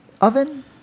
oven